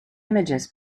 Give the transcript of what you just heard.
images